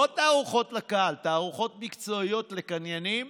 לא תערוכות לקהל, תערוכות מקצועיות לקניינים